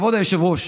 כבוד היושב-ראש,